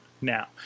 now